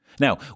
Now